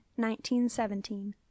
1917